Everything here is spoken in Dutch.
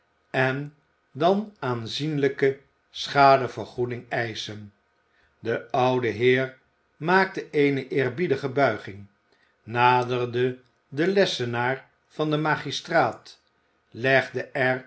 en dan aanzienlijke schadevergoeding eischen de oude heer maakte eene eerbiedige buiging naderde de lessenaar van den magistraat legde